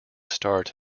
start